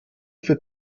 für